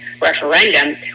referendum